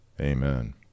Amen